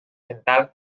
endal